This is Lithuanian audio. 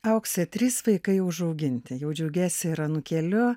aukse trys vaikai užauginti jau džiaugiesi ir anūkėliu